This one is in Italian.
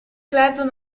club